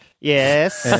Yes